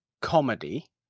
comedy